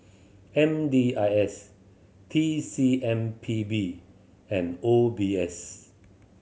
M D I S T C M P B and O B S